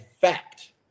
fact